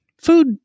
food